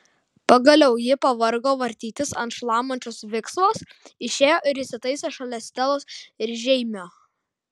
pagaliau ji pavargo vartytis ant šlamančios viksvos išėjo ir įsitaisė šalia stelos ir žeimio